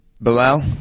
Bilal